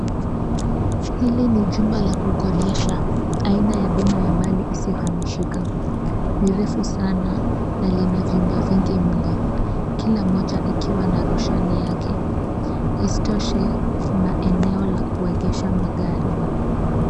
Hili ni jumba la kukodesha, aina ya bima la mali isiyohamishika. Ni refu sana na lina vyumba vingi mno, kila moja ikiwa na roshani yake. Isitoshe, kuna eneo la kuegesha magari.